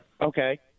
Okay